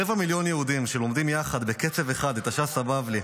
רבע מיליון יהודים שלומדים יחד בקצב אחד את הש"ס הבבלי,